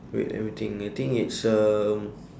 wait let me think I think it's um